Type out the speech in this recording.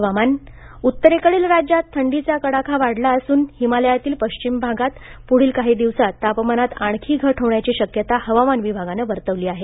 हवामान उत्तरेकडील राज्यात थंडीचा कडाका वाढला असून हिमालयातील पश्चिम भागांत पुढील काही दिवसांत तापमानांत आणखी घट होण्याची शक्यता हवामान विभागानं वर्तवली आहे